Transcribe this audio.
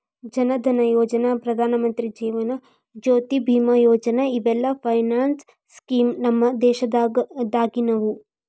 ಜನ್ ಧನಯೋಜನಾ, ಪ್ರಧಾನಮಂತ್ರಿ ಜೇವನ ಜ್ಯೋತಿ ಬಿಮಾ ಯೋಜನಾ ಇವೆಲ್ಲ finance scheme ನಮ್ ದೇಶದಾಗಿನವು